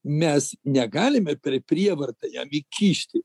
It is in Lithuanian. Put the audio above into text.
mes negalime per prievartą jam įkišti